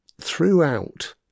throughout